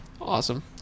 awesome